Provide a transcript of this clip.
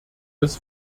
des